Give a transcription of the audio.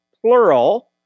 plural